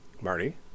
Marty